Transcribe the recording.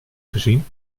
gezien